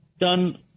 done